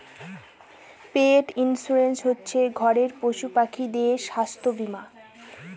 পেট insurance হচ্ছে ঘরের পশুপাখিদের স্বাস্থ্য বীমা